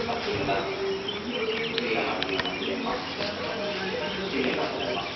அப்படிங்களா இல்லைம்மா இல்லைம்மா இல்லைங்கம்மா இல்லைங்கம்மா இல்லைங்கம்மா